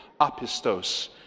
apistos